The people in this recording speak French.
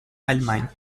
allemagne